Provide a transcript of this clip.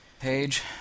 Page